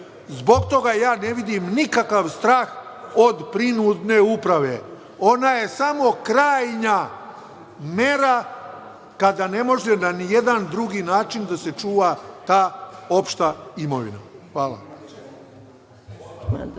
Zbog toga ne vidim nikakav strah od prinudne uprave. Ona je samo krajnja mera kada ne može na ni jedan drugi način da se čuva ta opšta imovina. **Maja